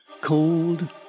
cold